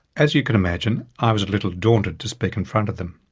as you can imagine i was a little daunted to speak in front of them.